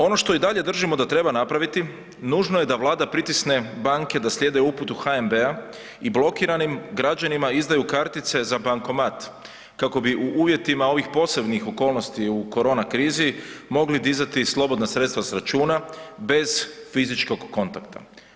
Ono što i dalje držimo da treba napraviti, nužno je da Vlada pritisne banke da slijede uputu HNB-a i blokiranim građanima izdaju kartice za bankomat kako bi u uvjetima ovih posebnih okolnosti u korona krizi mogli dizati slobodna sredstva s računa bez fizičkog kontakta.